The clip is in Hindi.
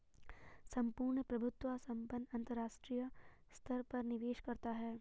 सम्पूर्ण प्रभुत्व संपन्न अंतरराष्ट्रीय स्तर पर निवेश करता है